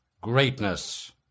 greatness